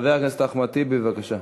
חבר הכנסת אחמד טיבי, בבקשה.